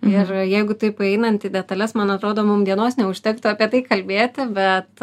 ir jeigu taip einanti į detales man atrodo mum dienos neužtektų apie tai kalbėti bet